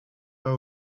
pas